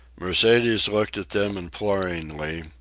mercedes looked at them imploringly,